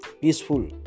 peaceful